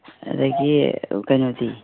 ꯑꯗꯒꯤ ꯀꯩꯅꯣꯗꯤ